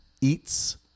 Eats